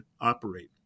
operate